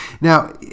Now